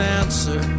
answer